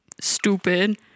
Stupid